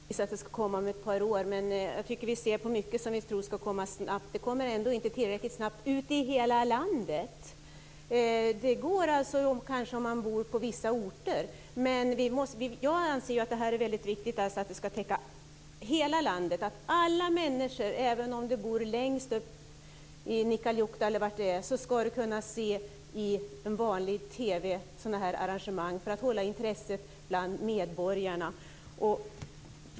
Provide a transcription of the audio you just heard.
Fru talman! Det är önsketänkande att det kommer om ett par år. Det är mycket som vi tror skall komma snabbt men det kommer ändå inte tillräckligt snabbt, åtminstone inte i hela landet. Om man bor på vissa orter är det kanske möjligt. Jag anser dock att det är väldigt viktigt att hela landet täcks, att alla människor - även de som bor längst upp i norr, i Nikkaluokta eller var det nu kan vara - skall på vanlig TV kunna se sådana här arrangemang; detta för att behålla intresset bland medborgarna.